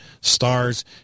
stars